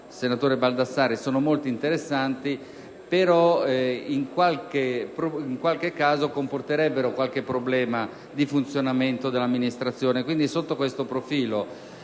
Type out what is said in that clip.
senatore Baldassarri sono molto interessanti, ma in qualche caso comporterebbero alcuni problemi di funzionamento dell'amministrazione. Sotto questo profilo,